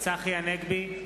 צחי הנגבי,